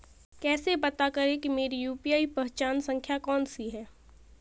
कैसे पता करें कि मेरी यू.पी.आई पहचान संख्या कौनसी है?